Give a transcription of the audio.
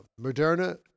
Moderna